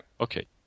Okay